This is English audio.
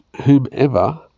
whomever